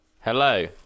hello